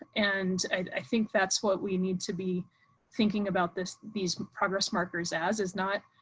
and i think that's what we need to be thinking about. this these progress markers as is not.